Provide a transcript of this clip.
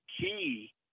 key